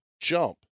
jump